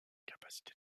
capacité